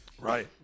Right